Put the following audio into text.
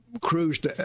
cruised